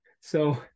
So-